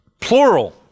plural